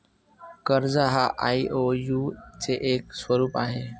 कर्ज हा आई.ओ.यु चे एक स्वरूप आहे